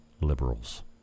liberals